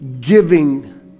giving